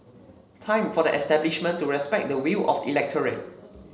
time for the establishment to respect the will of the electorate